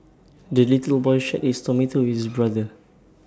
the little boy shared his tomato with his brother